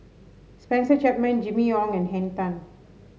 Spencer Chapman Jimmy Ong and Henn Tan